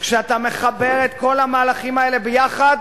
וכשאתה מחבר את כל המהלכים האלה ביחד,